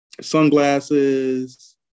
sunglasses